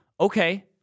Okay